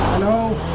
no